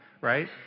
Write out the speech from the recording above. right